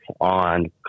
on